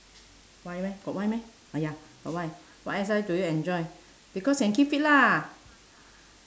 why meh got why meh ah ya but why what exercise do you enjoy because can keep fit lah